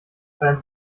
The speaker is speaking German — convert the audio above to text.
beim